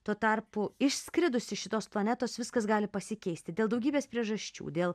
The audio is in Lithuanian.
tuo tarpu išskridus iš šitos planetos viskas gali pasikeisti dėl daugybės priežasčių dėl